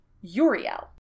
Uriel